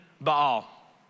Baal